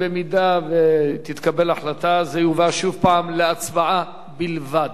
ואם תתקבל החלטה זה יובא שוב להצבעה בלבד.